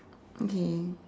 okay